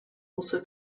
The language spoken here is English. also